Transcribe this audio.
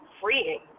freeing